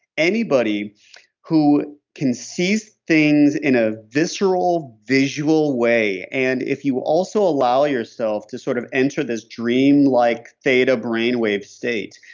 anybody who can see things in a visceral visual way and if you also allow yourself to sort of enter this dream like data brain wave state,